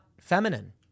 feminine